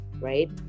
right